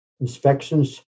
inspections